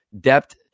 depth